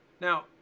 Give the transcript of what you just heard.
Now